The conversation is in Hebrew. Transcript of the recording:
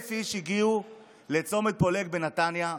1,000 איש הגיעו לצומת פולג בנתניה.